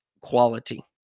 quality